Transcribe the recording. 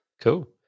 cool